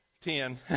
ten